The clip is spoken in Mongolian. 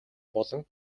болон